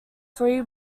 three